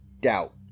doubt